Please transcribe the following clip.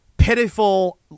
pitiful